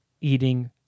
eating